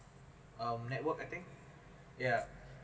um network I think yeah